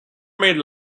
made